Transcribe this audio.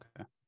Okay